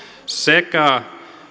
sekä